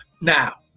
now